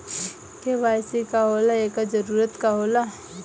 KYC का होला एकर जरूरत का होला?